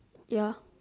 ya